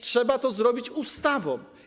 Trzeba to zrobić ustawą.